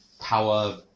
power